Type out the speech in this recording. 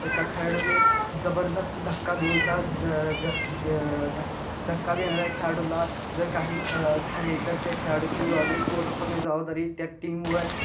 एका खेळाडूने जबरदस्त धक्का देऊन त्या ध धक् धक्का देणाऱ्या खेळाडूला जर काही झाले तर त्या खेळाडूची जवाबदारी पूर्णपणे जबाबदारी त्या टीमवर